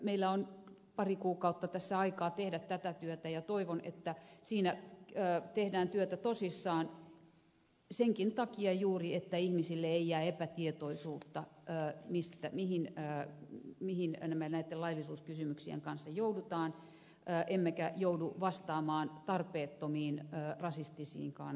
meillä on pari kuukautta tässä aikaa tehdä tätä työtä ja toivon että siinä tehdään työtä tosissaan juuri senkin takia että ihmisille ei jää epätietoisuutta mihin näitten laillisuuskysymyksien kanssa joudutaan emmekä joudu vastaamaan tarpeettomiin rasistisiinkaan huomioihin